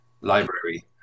library